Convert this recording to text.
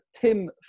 Tim